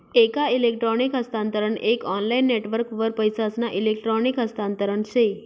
एक इलेक्ट्रॉनिक हस्तांतरण एक ऑनलाईन नेटवर्कवर पैसासना इलेक्ट्रॉनिक हस्तांतरण से